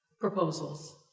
proposals